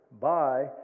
by